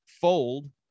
fold